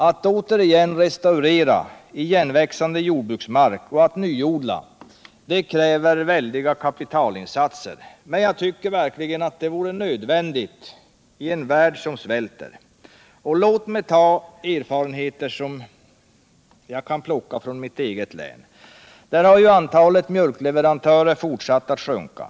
Att restaurera igenväxande jordbruksmark och att nyodla kräver visserligen stora kapitalinsatser, men jag tycker att detta är nödvändigt i en värld som svälter. Låt mig också i det sammanhanget åberopa erfarenheter från mitt eget län. Där har antalet mjölkleverantörer fortsatt att sjunka.